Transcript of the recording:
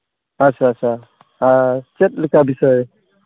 ᱟᱪᱪᱷᱟ ᱟᱪᱪᱷᱟ ᱪᱮᱫᱞᱮᱠᱟ ᱵᱤᱥᱚᱭ